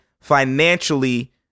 financially